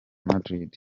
madrid